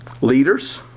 Leaders